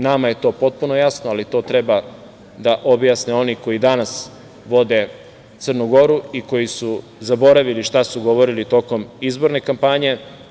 Nama je to potpuno jasno, ali to treba da objasne oni koji danas vode Crnu Goru i koji su zaboravili šta su govorili tokom izborne kampanje.